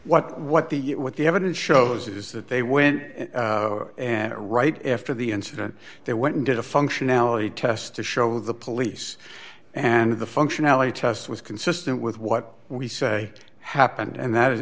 what what the what the evidence shows is that they went in and right after the incident they went and did a functionality test to show the police and the functionality test was consistent with what we say happened and that